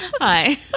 hi